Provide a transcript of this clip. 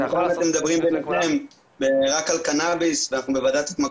למה אתם ביניכם רק על קנאביס כשאנחנו בוועדת התמכרות?